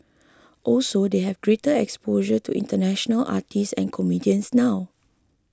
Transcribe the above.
also they have greater exposure to international artists and comedians now